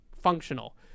functional